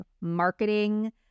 marketing